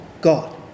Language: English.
God